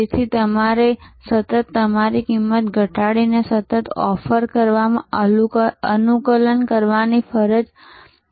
તેથી તમારે સતત તમારી કિંમત ઘટાડીને અને સતત ઓફર કરવામાં અનુકૂલન કરવાની જરૂર છે